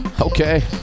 Okay